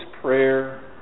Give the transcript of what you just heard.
prayer